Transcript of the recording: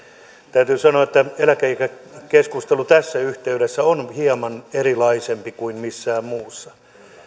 täytyy sanoa että eläkeikäkeskustelu tässä yhteydessä on hieman erilaisempi kuin missään muussa